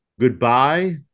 goodbye